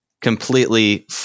completely